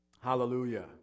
Hallelujah